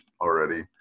already